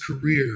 career